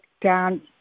down